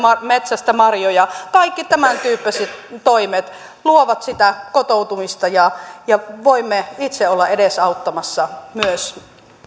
metsästä marjoja kaikki tämäntyyppiset toimet luovat sitä kotoutumista ja ja voimme itse olla edesauttamassa myös